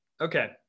okay